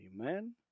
Amen